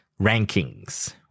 rankings